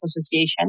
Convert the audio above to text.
Association